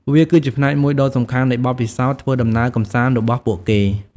វាគឺជាផ្នែកមួយដ៏សំខាន់នៃបទពិសោធន៍ធ្វើដំណើរកម្សាន្តរបស់ពួកគេ។